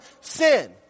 sin